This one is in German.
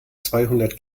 zweihundert